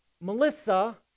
Melissa